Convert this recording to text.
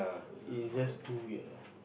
it's just too weird lah